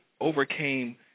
overcame